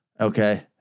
Okay